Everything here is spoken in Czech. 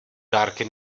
dárky